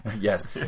yes